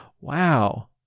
Wow